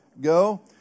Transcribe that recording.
go